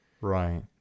Right